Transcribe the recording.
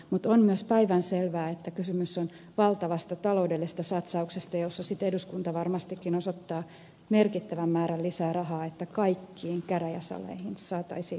mutta on myös päivänselvää että kysymys on valtavasta taloudellisesta satsauksesta jossa sitten eduskunta varmastikin osoittaa merkittävän määrän lisää rahaa että kaikkiin käräjäsaleihin saataisiin videolaite